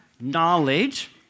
knowledge